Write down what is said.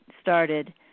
started